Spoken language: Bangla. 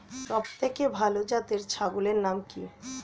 সবথেকে ভালো জাতের ছাগলের নাম কি?